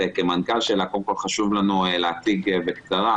כמנכ"ל שלה קודם כל חשוב לנו להציג בקצרה,